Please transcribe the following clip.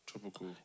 Tropical